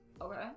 Okay